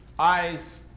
eyes